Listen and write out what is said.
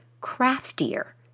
craftier